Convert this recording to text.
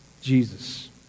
Jesus